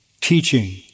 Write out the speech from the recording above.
teaching